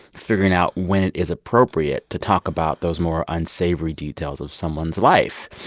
figuring out when it is appropriate to talk about those more unsavory details of someone's life.